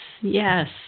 yes